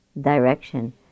direction